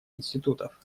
институтов